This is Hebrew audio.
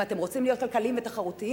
אם אתם רוצים להיות כלכליים ותחרותיים,